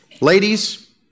ladies